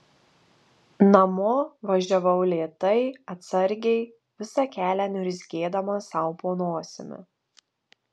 namo važiavau lėtai atsargiai visą kelią niurzgėdama sau po nosimi